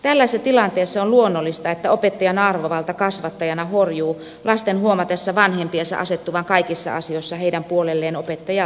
tällaisessa tilanteessa on luonnollista että opettajan arvovalta kasvattajana horjuu lasten huomatessa vanhempiensa asettuvan kaikissa asioissa heidän puolelleen opettajaa vastaan